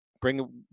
bring